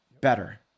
better